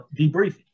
Debriefing